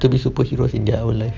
to be superhero in our life